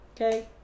okay